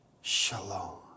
Shalom